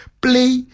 play